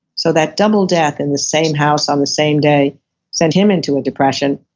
so that double death in the same house, on the same day sent him into a depression.